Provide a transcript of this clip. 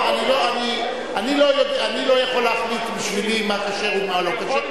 אני לא יכול להחליט בשבילי מה כשר ומה לא כשר,